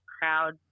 crowd